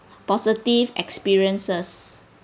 positive experiences